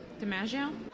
DiMaggio